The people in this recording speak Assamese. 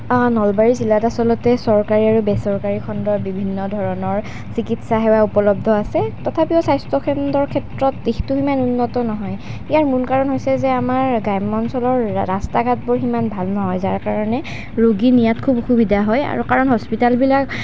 নলবাৰী জিলাত আচলতে চৰকাৰী আৰু বেচৰকাৰী খণ্ডৰ বিভিন্ন ধৰনৰ চিকিৎসা সেৱা উপলব্ধ আছে তথাপিও স্বাস্থ্য কেন্দ্ৰৰ ক্ষেত্ৰত দিশটো ইমান উন্নত নহয় ইয়াৰ মূল কাৰণ হৈছে যে আমাৰ গ্ৰাম্য অঞ্চলৰ ৰাস্তা ঘাটবোৰ সিমান ভাল নহয় যাৰ কাৰণে ৰোগী নিয়াত খুব অসুবিধা হয় আৰু কাৰণ হস্পিটেলবিলাক